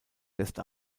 lässt